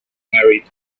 married